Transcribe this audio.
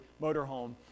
motorhome